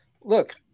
look